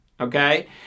Okay